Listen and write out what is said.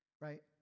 right